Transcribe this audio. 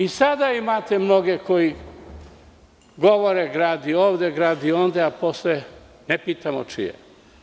I sada imate mnoge koji govore – gradi ovde, gradi onde, a posle ne pitamo čije je.